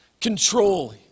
Control